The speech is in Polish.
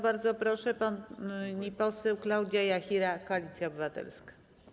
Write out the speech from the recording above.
Bardzo proszę, pani poseł Klaudia Jachira, Koalicja Obywatelska.